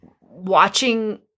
watching